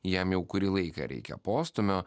jam jau kurį laiką reikia postūmio